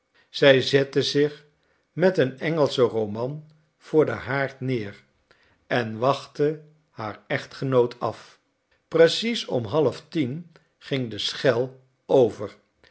zij zette zich met een engelschen roman voor den haard neer en wachtte haar echtgenoot af precies om half tien ging de schel over